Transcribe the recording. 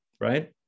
right